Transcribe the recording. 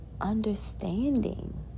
understanding